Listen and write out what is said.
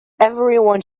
everyone